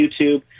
YouTube